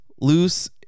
loose